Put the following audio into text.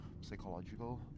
psychological